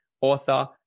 author